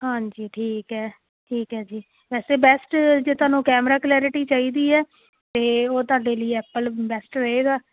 ਹਾਂਜੀ ਠੀਕ ਹੈ ਠੀਕ ਹੈ ਜੀ ਵੈਸੇ ਬੈਸਟ ਜੇ ਤੁਹਾਨੂੰ ਕੈਮਰਾ ਕਲੈਰਿਟੀ ਚਾਹੀਦੀ ਹੈ ਅਤੇ ਉਹ ਤੁਹਾਡੇ ਲਈ ਐਪਲ ਬੈਸਟ ਰਹੇਗਾ